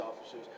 officers